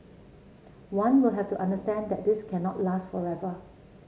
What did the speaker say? one will have to understand that this cannot last forever